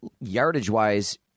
yardage-wise